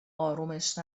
آرومش